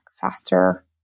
faster